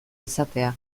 izatea